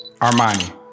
Armani